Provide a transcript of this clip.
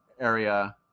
area